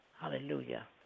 Hallelujah